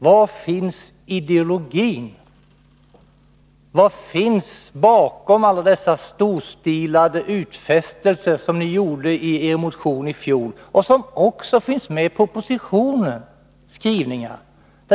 Var finns ideologin? Vad ligger bakom alla de storstilade utfästelser som ni gjorde i er motion i fjol och som också finns med i propositionens skrivningar?